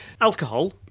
Alcohol